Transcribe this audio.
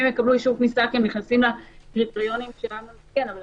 הוא נתון לשיקול הדעת הכללי של שאר הפנים ולפי